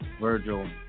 Virgil